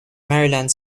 maryland